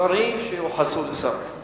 דברים שיוחסו לשר החינוך,